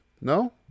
no